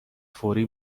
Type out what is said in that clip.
فوری